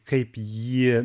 kaip jį